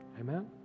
Amen